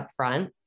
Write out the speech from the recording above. upfront